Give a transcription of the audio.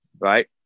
Right